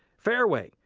fairway,